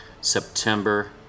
September